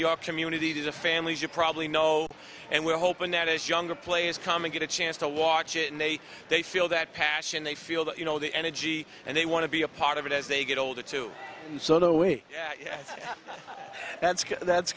your community the families you probably know and we're hoping that this younger players come and get a chance to watch it and they they feel that passion they feel that you know the energy and they want to be a part of it as they get older too so no way that's